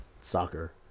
Soccer